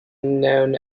known